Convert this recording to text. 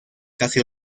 casi